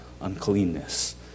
uncleanness